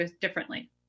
differently